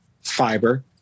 fiber